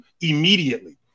immediately